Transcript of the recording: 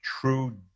true